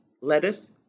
lettuce